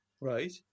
right